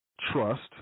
Trust